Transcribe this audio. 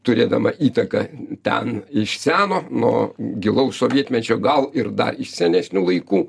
turėdama įtaką ten iš seno nuo gilaus sovietmečio gal ir dar iš senesnių laikų